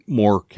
more